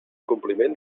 compliment